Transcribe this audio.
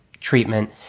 treatment